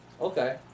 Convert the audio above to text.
Okay